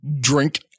drink